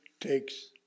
takes